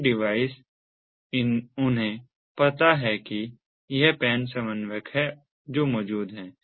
ये डिवाइस उन्हें पता है कि यह PAN समन्वयक है जो मौजूद है